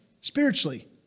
Spiritually